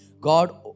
God